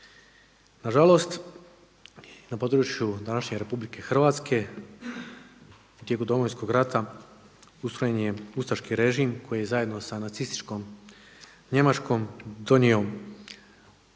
Nažalost, na području današnje RH tijekom Domovinskog rata ustrojen je ustaški režim koji je zajedno sa nacističkom Njemačkom donio rasne